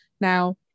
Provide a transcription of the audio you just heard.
Now